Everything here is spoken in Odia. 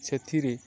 ସେଥିରେ